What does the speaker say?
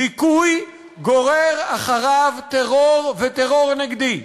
דיכוי גורר אחריו טרור וטרור נגדי,